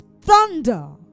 thunder